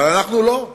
אבל אנחנו, לא.